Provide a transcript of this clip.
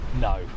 No